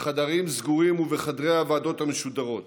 בחדרים סגורים ובחדרי הוועדות המשודרות,